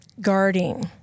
guarding